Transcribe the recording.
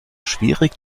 schwierig